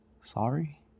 Sorry